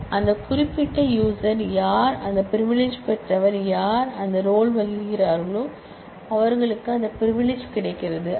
அந்த குறிப்பிட்ட யூசர் யார் அந்த பிரிவிலிஜ் பெற்றவர் யார் அந்த ரோல் வகிக்கிறார்களோ அவர்களுக்கு அந்த பிரிவிலிஜ் கிடைக்கிறது ஐ